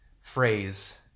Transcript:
phrase